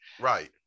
Right